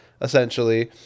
essentially